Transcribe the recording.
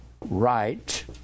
right